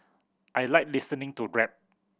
I like listening to rap